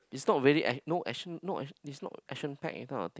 it's not really act~ no action no action it's not action packed that kind of thing